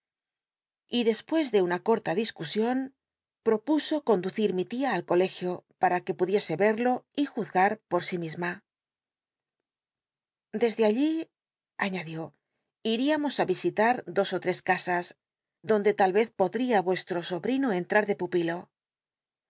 y despues de una corta discusion propuso conducir mi tia al colegio para que pudiese rerlo y juzgar por si misma desde allí aíiadió idamos á visitar dos ó tres casas donde tal vez mestro sobrino entrar de pupilo